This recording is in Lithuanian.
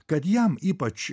kad jam ypač